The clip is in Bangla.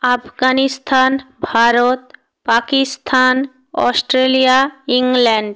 Afghanistan Bharat Pakistan Australia England